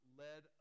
led